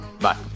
Bye